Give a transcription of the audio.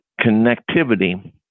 connectivity